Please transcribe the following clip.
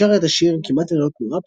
היא שרה את השיר כמעט ללא תנועה,